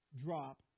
drop